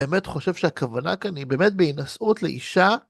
אני באמת חושב שהכוונה כאן היא באמת בהינשאות לאישה.